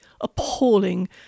appalling